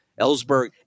Ellsberg